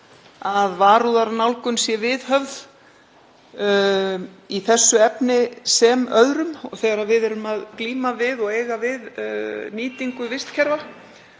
að varúðarnálgun sé viðhöfð í þessu efni sem öðrum þegar við erum að glíma við og eiga við nýtingu vistkerfa.